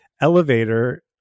elevator